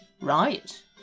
right